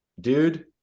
dude